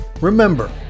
Remember